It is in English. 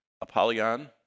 Apollyon